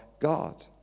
God